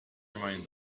reminded